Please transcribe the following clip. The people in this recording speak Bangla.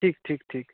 ঠিক ঠিক ঠিক